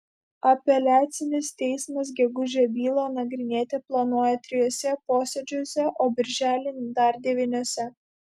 apeliacinis teismas gegužę bylą nagrinėti planuoja trijuose posėdžiuose o birželį dar devyniuose